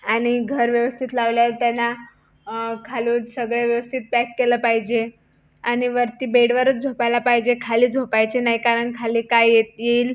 आणि घर व्यवस्थित लावल्यावर त्याला खालून सगळं व्यवस्थित पॅक केलं पाहिजे आणि वरती बेडवरच झोपायला पाहिजे खाली झोपायचे नाही कारण खाली काय येत येईल